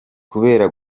kubera